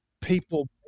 people